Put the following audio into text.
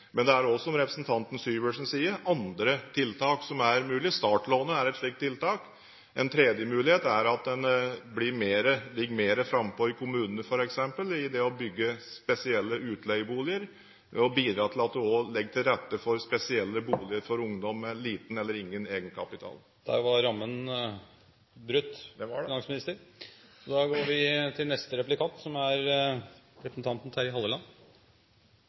Men det er også, som representanten Syversen sier, andre tiltak som er mulig. Startlånet er et slikt tiltak. En tredje mulighet er at en er mer frampå i kommuner f.eks. når det gjelder å bygge spesielle utleieboliger, og bidrar til at en også legger til rette for spesielle boliger for ungdom med liten eller ingen egenkapital. Der var rammen brutt, finansminister! Den var det! Samtlige som har hatt ordet i saken, har uttalt seg positivt til